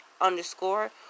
underscore